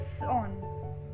on